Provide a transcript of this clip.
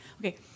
Okay